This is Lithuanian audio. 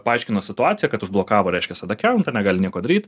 paaiškino situaciją kad užblokavo reiškias ad akountą negali nieko daryt